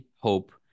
hope